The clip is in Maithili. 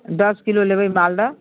दश किलो लेबै मालदह